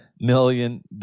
million